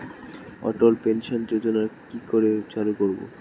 অটল pension যোজনার কি করে চালু করব?